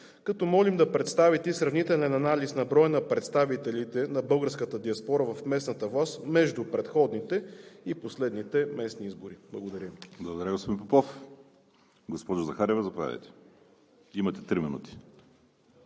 г., молим да представите и сравнителен анализ на броя на представителите на българската диаспора в местната власт между предходните и последните местни избори? Благодаря